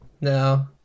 No